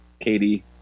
Katie